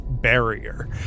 barrier